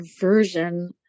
version